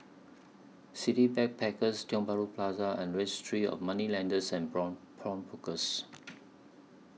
City Backpackers Tiong Bahru Plaza and Registry of Moneylenders and Pawnbrokers